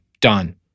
done